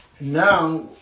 Now